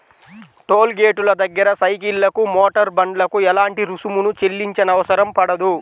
toll గేటుల దగ్గర సైకిళ్లకు, మోటారు బండ్లకు ఎలాంటి రుసుమును చెల్లించనవసరం పడదు